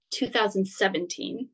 2017